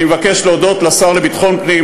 אני מבקש להודות לשר לביטחון פנים,